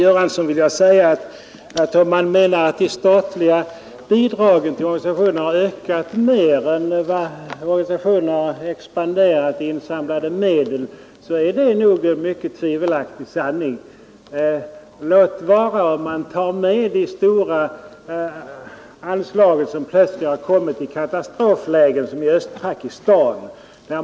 Fru talman! Om herr Göransson menar att de statliga bidragen till organisationerna har ökat mer än vad organisationerna har expanderat i fråga om insamlade medel så är det något mycket tvivelaktigt. Låt vara att det kan vara så om man räknar in de stora anslagen vid katastroflägen, exempelvis katastroferna i Östpakistan.